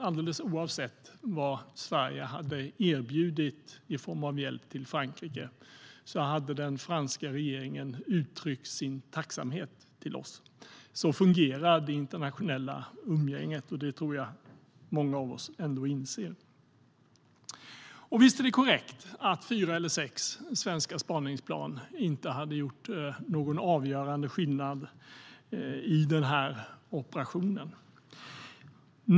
Alldeles oavsett vad Sverige hade erbjudit i form av hjälp till Frankrike är det min övertygelse att den franska regeringen hade uttryckt sin tacksamhet till oss. Så fungerar det internationella umgänget, och det tror jag att många av oss ändå inser. Visst är det korrekt att fyra eller sex svenska spaningsplan inte hade gjort någon avgörande skillnad i den här operationen.